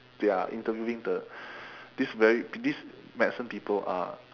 they are interviewing the these very these medicine people are